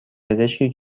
پزشکی